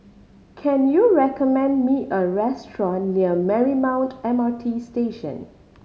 can you recommend me a restaurant near Marymount M R T Station